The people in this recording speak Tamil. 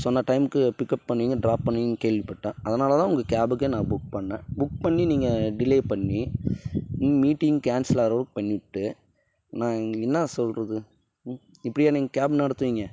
சொன்ன டைமுக்கு பிக்கப் பண்ணுவீங்க டிராப் பண்ணுவீங்க கேள்வி பட்டேன் அதனால் தான் உங்கள் கேபுக்கே நான் புக் பண்ணேன் புக் பண்ணி நீங்கள் டிலே பண்ணி மீட்டிங் கேன்சல் ஆகிற அளவுக்கு பண்ணிவிட்டு நான் என்ன சொல்கிறது இப்படியா நீங்கள் கேப் நடத்துவீங்க